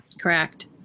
Correct